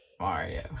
Mario